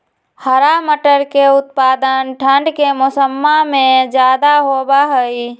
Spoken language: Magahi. हरा मटर के उत्पादन ठंढ़ के मौसम्मा में ज्यादा होबा हई